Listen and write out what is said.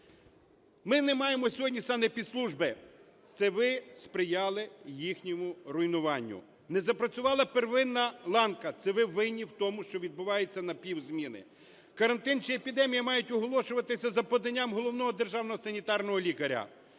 Ми не маємо сьогоднісанепідслужби. Це ви спряли їхньому руйнуванню. Не запрацювала первинна ланка. Це ви винні в тому, що відбуваються напівзміни. Карантин чи епідемія мають оголошуватися за поданням головного державного санітарного лікаря.